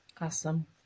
Awesome